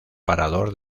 parador